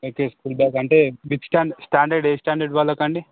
అయితే school bag అంటే which stand standard ఏ స్టాండెడ్ వాళ్ళకండీ